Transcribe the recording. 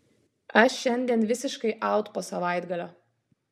aš šiandien visiškai aut po savaitgalio